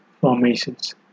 formations